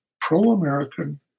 pro-American